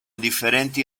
differenti